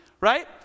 Right